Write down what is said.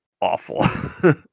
awful